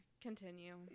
continue